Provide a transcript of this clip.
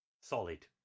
Solid